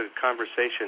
conversation